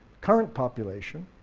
current population,